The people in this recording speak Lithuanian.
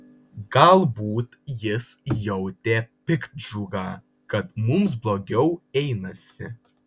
galbūt jis jautė piktdžiugą kad mums blogiau einasi